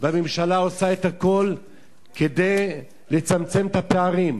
והממשלה עושה את הכול כדי לצמצם את הפערים,